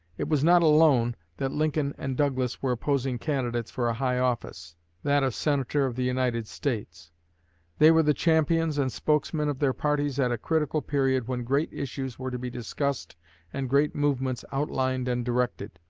it was not alone that lincoln and douglas were opposing candidates for a high office that of senator of the united states they were the champions and spokesmen of their parties at a critical period when great issues were to be discussed and great movements outlined and directed.